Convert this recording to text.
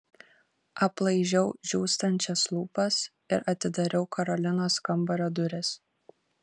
aplaižiau džiūstančias lūpas ir atidariau karolinos kambario duris